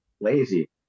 lazy